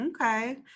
Okay